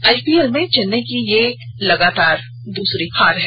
IPL में चेन्नई की यह लगातार दूसरी हार है